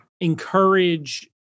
encourage